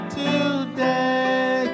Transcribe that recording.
today